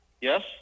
Yes